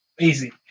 Easy